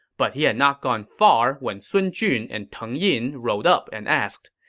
but he had not gone far when sun jun and teng yin rode up and asked,